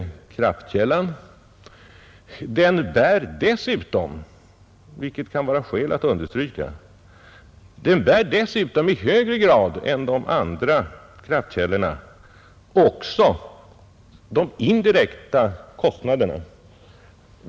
Den bär dessutom, vilket det kan vara skäl att understryka, i högre grad än de andra kraftkällorna också de indirekta kostnaderna.